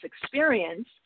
experience